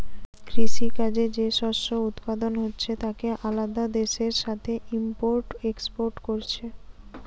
কৃষি কাজে যে শস্য উৎপাদন হচ্ছে তাকে আলাদা দেশের সাথে ইম্পোর্ট এক্সপোর্ট কোরছে